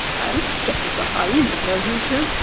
and just as the hyenas know who's who,